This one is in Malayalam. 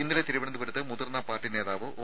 ഇന്നലെ തിരുവനന്തപുരത്ത് മുതിർന്ന പാർട്ടി നേതാവ് ഒ